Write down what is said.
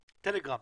טלגרם.